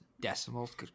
decimals